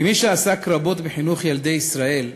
כמי שעסק רבות בחינוך ילדי ישראל,